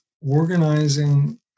organizing